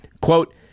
quote